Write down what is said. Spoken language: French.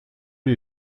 les